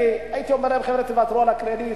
הייתי אומר להם: חבר'ה, תוותרו על הקרדיט.